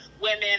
women